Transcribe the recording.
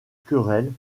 querelles